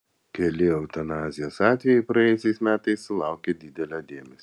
keli eutanazijos atvejai praėjusiais metais sulaukė didelio dėmesio